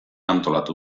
antolatu